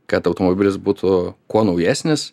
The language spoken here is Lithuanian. kad automobilis būtų kuo naujesnis